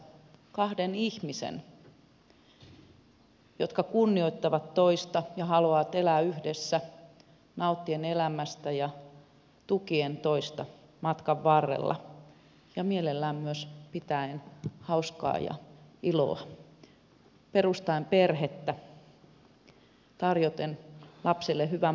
kahden ihmisen jotka kunnioittavat toista ja haluavat elää yhdessä nauttien elämästä ja tukien toista matkan varrella ja mielellään myös pitäen hauskaa ja iloa perustaen perhettä tarjoten lapselle hyvän pohjan kasvaa